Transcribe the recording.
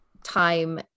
time